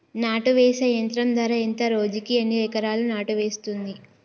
నాటు వేసే యంత్రం ధర ఎంత రోజుకి ఎన్ని ఎకరాలు నాటు వేస్తుంది?